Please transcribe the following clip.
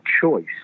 choice